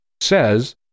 says